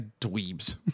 dweebs